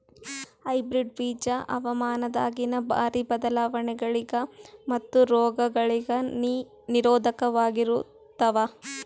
hybrid ಬೀಜ ಹವಾಮಾನದಾಗಿನ ಭಾರಿ ಬದಲಾವಣೆಗಳಿಗ ಮತ್ತು ರೋಗಗಳಿಗ ನಿರೋಧಕವಾಗಿರುತ್ತವ